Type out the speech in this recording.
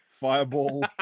fireball